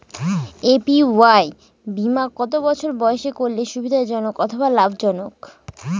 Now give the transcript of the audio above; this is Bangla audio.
এ.পি.ওয়াই বীমা কত বছর বয়সে করলে সুবিধা জনক অথবা লাভজনক?